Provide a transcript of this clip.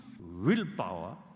willpower